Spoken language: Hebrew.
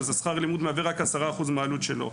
שכר הלימוד מהווה רק 10% מהעלות שלו.